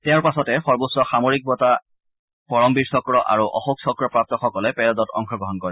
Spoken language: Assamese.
তেওঁৰ পাছতে সৰ্বোচ্চ সামৰিক বঁটা পৰমবীৰ চক্ৰ আৰু অশোকচক্ৰপ্ৰাপ্তসকলে পেৰেডত অংশ গ্ৰহণ কৰে